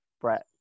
Brett